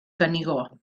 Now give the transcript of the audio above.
canigó